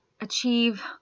achieve